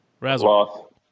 Razzle